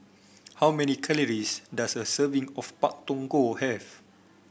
how many calories does a serving of Pak Thong Ko have